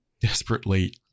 desperately